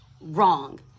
Wrong